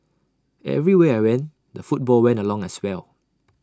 everywhere I went the football went along as well